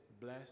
bless